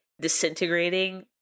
disintegrating